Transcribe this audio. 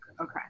Okay